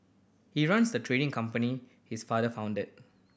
he runs the trading company his father founded